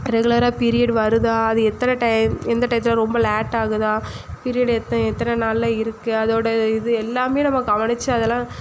ரெகுலராக பீரியட் வருதா அது எத்தனை டைம் எந்த டையத்தில் ரொம்ப லேட் ஆகுதா பீரியட் எத்த எத்தனை நாளில் இருக்கு அதோட இது எல்லாமே நம்ம கவனிச்சு அதெலாம்